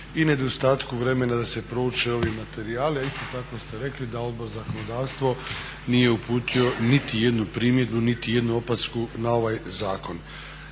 i nedostatku vremena da se prouče ovi materijali, a isto tako ste rekli da Odbor za zakonodavstvo nije uputio niti jednu primjedbu, niti jednu opasku na ovaj zakon.